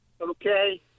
Okay